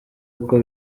uko